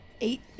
Eight